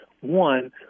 one